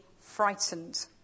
frightened